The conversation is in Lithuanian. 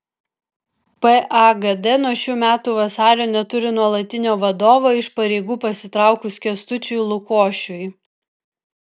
pagd nuo šių metų vasario neturi nuolatinio vadovo iš pareigų pasitraukus kęstučiui lukošiui